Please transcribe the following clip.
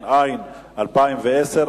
התש"ע 2010,